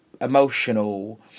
emotional